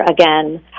again